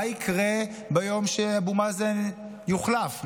מה יקרה ביום שבו אבו מאזן יוחלף?